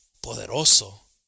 poderoso